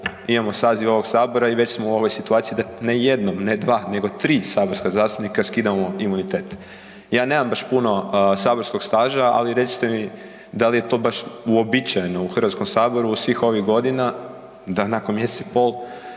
imamo saziv ovog sabora i već smo u ovoj situaciji da, ne jednom, ne dva, nego 3 saborska zastupnika skidamo imunitet. Ja nemam baš puno saborskog staža, ali recite mi dal je to baš uobičajeno u HS u svih ovih godina da nakon mjesec i pol